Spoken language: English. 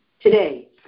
today